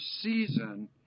season